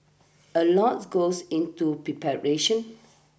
a lots goes into preparation